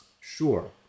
Sure